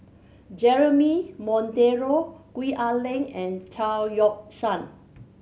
Jeremy Monteiro Gwee Ah Leng and Chao Yoke San